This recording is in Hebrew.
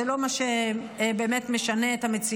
וזה לא מה שבאמת משנה את המציאות,